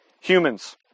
humans